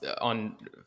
on